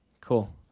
Cool